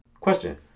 Question